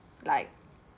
like